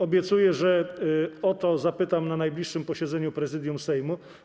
Obiecuję, że o to zapytam na najbliższym posiedzeniu Prezydium Sejmu.